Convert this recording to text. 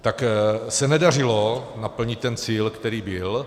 Tak se nedařilo naplnit ten cíl, který byl.